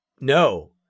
No